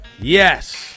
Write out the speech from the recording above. Yes